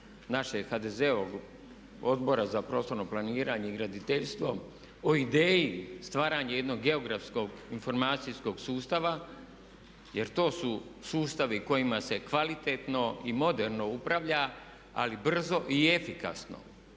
naše HDZ-ovog Odbora za prostorno planiranje i graditeljstvo o ideji stvaranja jednog geografskog informacijskog sustava jer to su sustavi kojima se kvalitetno i moderno upravlja ali brzo i efikasno